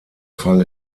fall